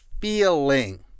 feeling